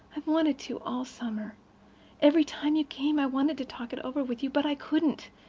i've wanted to all summer every time you came. i wanted to talk it over with you but i couldn't.